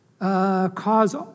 cause